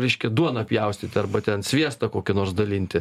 reiškia duoną pjaustyti arba ten sviestą kokį nors dalinti